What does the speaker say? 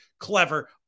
Clever